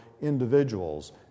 individuals